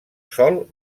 sòl